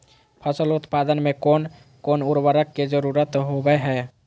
फसल उत्पादन में कोन कोन उर्वरक के जरुरत होवय हैय?